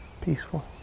peaceful